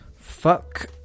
Fuck